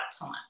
time